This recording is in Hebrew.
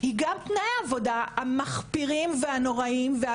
היא גם תנאי העבודה המחפירים והנוראיים.